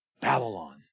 Babylon